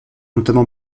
notamment